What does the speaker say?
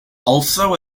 also